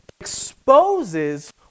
exposes